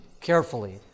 carefully